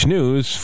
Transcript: News